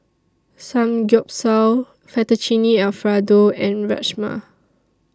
Samgyeopsal Fettuccine Alfredo and Rajma